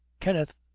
kenneth!